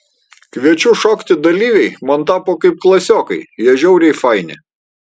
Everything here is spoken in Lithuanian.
kviečiu šokti dalyviai man tapo kaip klasiokai jie žiauriai faini